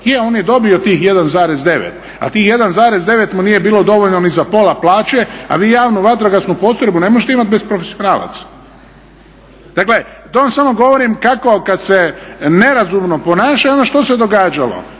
Je on je dobio tih 1,9 a tih 1,9 mu nije bilo dovoljno ni za pola plaće, a vi javnu vatrogasnu postrojbu ne možete imat bez profesionalaca. Dakle to vam samo govorim kako kad se nerazumno onda što se događalo.